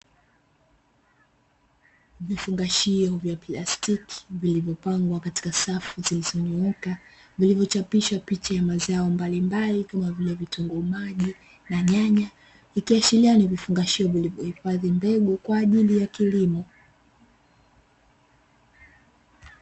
Vifungashio vya plastiki vilivyopangwa katika safu zilizonyooka, vilivyochapishwa picha ya mazao mbalimbali kama vile ;vitungu maji na nyanya, ikiashiria ni vifungashio vilivyohifadhi mbegu kwa ajili ya kilimo.